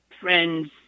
friends